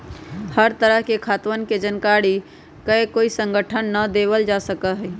सब तरह के खातवन के जानकारी ककोई संगठन के ना देवल जा सका हई